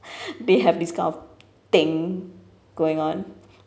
they have this kind of thing going on